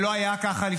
אתה לא מקשיב לעצמך?